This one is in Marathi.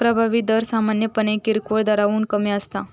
प्रभावी दर सामान्यपणे किरकोळ दराहून कमी असता